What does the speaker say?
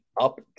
up